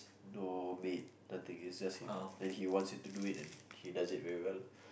no maid nothing it's just him then he wants to do it then he does it really well